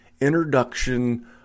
introduction